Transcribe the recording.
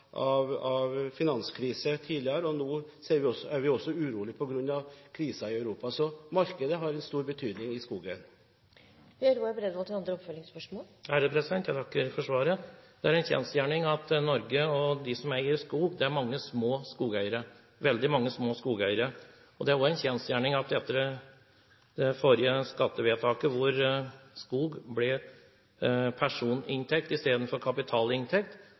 finanskrise, og nå er vi også urolige på grunn av krisen i Europa. Så markedet har en stor betydning for skogen. Jeg takker for svaret. Det er en kjensgjerning at det er veldig mange små skogeiere i Norge. Det er også en kjensgjerning at etter det forrige skattevedtaket, da skog ble personinntekt istedenfor kapitalinntekt,